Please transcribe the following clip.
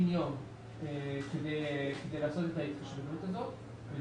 זה מתבצע בתוך 90 ימים ממועד ההודעה של